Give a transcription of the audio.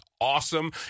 awesome